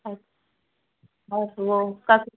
और वो कब